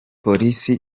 polisi